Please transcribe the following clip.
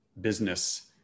business